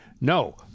No